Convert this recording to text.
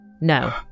No